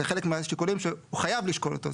זה חלק מהשיקולים שהוא חייב לשקול אותו.